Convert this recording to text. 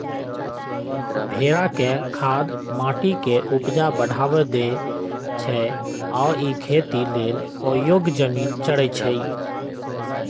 भेड़ा के खाद माटी के ऊपजा बढ़ा देइ छइ आ इ खेती लेल अयोग्य जमिन चरइछइ